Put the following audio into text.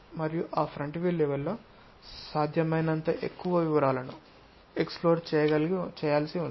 మరియు ఆ front view level లో సాధ్యమైనంత ఎక్కువ వివరాలను ఎక్స్ప్లోర్ చేయాల్సి ఉంది